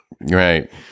Right